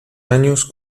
años